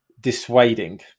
dissuading